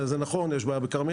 זה נכון, יש בעיה בכרמיאל,